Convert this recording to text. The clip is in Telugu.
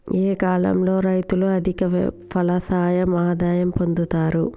ఏ కాలం లో రైతులు అధిక ఫలసాయం ఆదాయం పొందుతరు?